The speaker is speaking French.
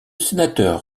sénateur